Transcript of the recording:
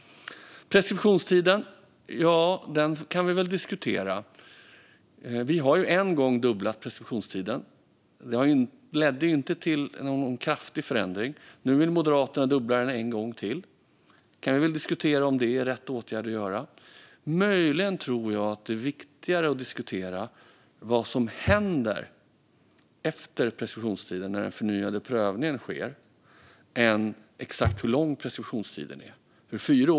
Preskriptionstiden kan vi väl diskutera. Vi har en gång dubblat preskriptionstiden. Det ledde inte till någon kraftig förändring. Nu vill Moderaterna dubbla den en gång till. Vi kan väl diskutera om det är rätt åtgärd att vidta. Jag tror möjligen att det är viktigare att diskutera vad som händer efter preskriptionstiden, när den förnyade prövningen sker, än exakt hur lång preskriptionstiden ska vara.